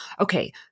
okay